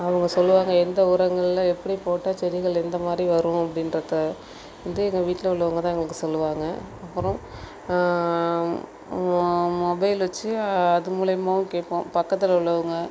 அவங்க சொல்லுவாங்க எந்த உரங்களை எப்படி போட்டால் செடிங்கள் எந்த மாதிரி வரும் அப்படின்றத வந்து எங்கள் வீட்டில் உள்ளவங்க தான் எங்களுக்குச் சொல்லுவாங்க அப்பறம் மொ மொபைல் வச்சு அது மூலயமாவும் கேட்போம் பக்கத்தில் உள்ளவங்க